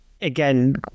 again